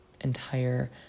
entire